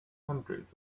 hundreds